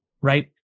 right